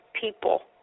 people